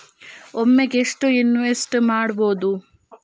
ಒಮ್ಮೆಗೆ ಎಷ್ಟು ಇನ್ವೆಸ್ಟ್ ಮಾಡ್ಬೊದು?